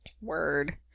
Word